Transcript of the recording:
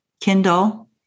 Kindle